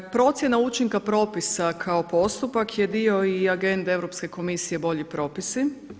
Procjena učinka propisa kao postupak je dio i agende Europske komisije bolji propisi.